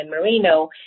Marino